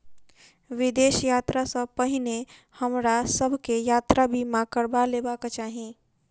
विदेश यात्रा सॅ पहिने हमरा सभ के यात्रा बीमा करबा लेबाक चाही